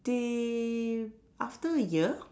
the after year